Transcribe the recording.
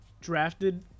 drafted